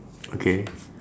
okay